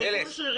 עם ניוון שרירים.